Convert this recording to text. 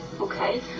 okay